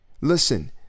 Listen